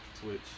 Twitch